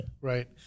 Right